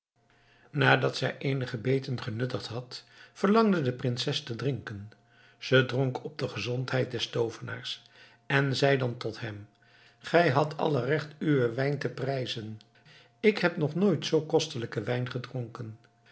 nadat zij eenige beten genuttigd had verlangde de prinses te drinken ze dronk op de gezondheid des toovenaars en zei dan tot hem gij hadt alle recht uwen wijn te prijzen ik heb nog nooit zoo kostelijken wijn gedronken